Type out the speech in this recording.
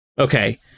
okay